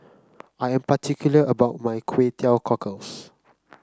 I am particular about my Kway Teow Cockles